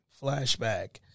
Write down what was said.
flashback